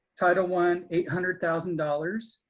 title one, eight hundred thousand dollars,